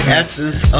essence